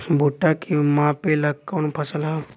भूट्टा के मापे ला कवन फसल ह?